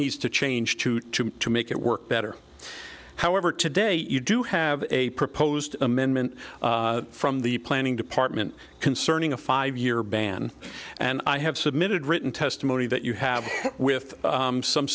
needs to change to to to make it work better however today you do have a proposed amendment from the planning department concerning a five year ban and i have submitted written testimony that you have with some